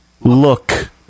look